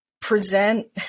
present